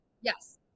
Yes